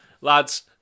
lads